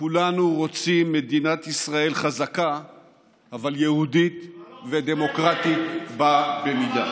רוצים מדינת ישראל חזקה אבל יהודית ודמוקרטית בה במידה,